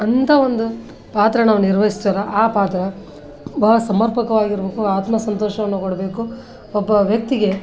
ಅಂತ ಒಂದು ಪಾತ್ರ ನಾವು ನಿರ್ವಹಿಸ್ತೇವಲ್ಲ ಆ ಪಾತ್ರ ಬಹಳ ಸಮರ್ಪಕವಾಗಿರ್ಬೇಕು ಆತ್ಮ ಸಂತೋಷವನ್ನು ಕೊಡಬೇಕು ಒಬ್ಬ ವ್ಯಕ್ತಿಗೆ